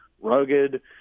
rugged